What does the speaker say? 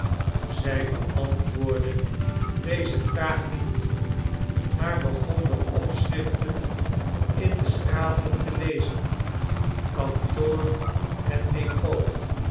zij beantwoordde deze vraag niet maar begon de opschriften in de straat te lezen kantoor en dépôt dentist ja